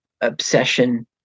obsession